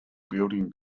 building